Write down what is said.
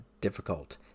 difficult